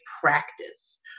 practice